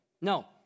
No